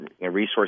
resources